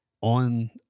on